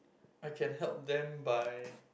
I can help them by